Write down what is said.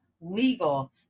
legal